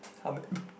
how many